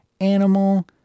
animal